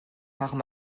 arme